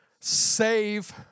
save